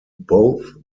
both